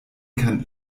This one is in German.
kann